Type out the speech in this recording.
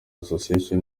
association